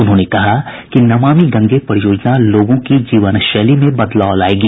उन्होंने कहा कि नमामि गंगे परियोजना लोगों की जीवनशैली में बदलाव लायेगी